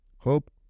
Hope